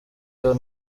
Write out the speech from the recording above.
iyi